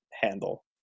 handle